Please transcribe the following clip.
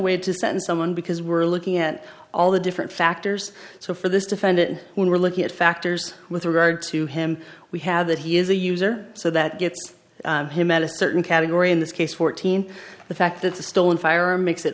way to send someone because we're looking at all the different factors so for this defendant we're looking at factors with regard to him we have that he is a user so that gets him at a certain category in this case fourteen the fact that the stolen firearm makes it